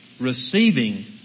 Receiving